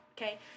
Okay